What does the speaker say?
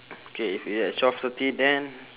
okay if it's at twelve thirty then